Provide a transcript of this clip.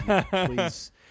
Please